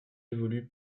évolue